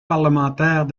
parlementaire